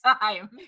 time